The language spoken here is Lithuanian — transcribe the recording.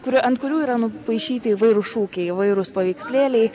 kurie ant kurių yra nupaišyti įvairūs šūkiai įvairūs paveikslėliai